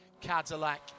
Cadillac